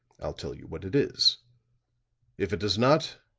i'll tell you what it is if it does not,